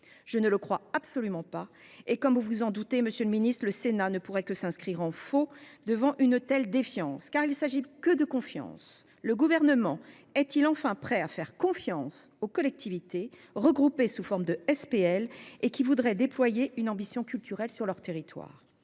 Je ne le crois absolument pas et, comme vous vous en doutez, monsieur le ministre, le Sénat ne pourrait que s'inscrire en faux devant une telle défiance. En effet, il ne s'agit que de confiance. Le Gouvernement est-il enfin prêt à faire confiance aux collectivités regroupées sous forme de SPL qui voudraient déployer une ambition culturelle sur leur territoire ?